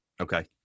Okay